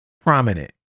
prominent